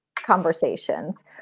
conversations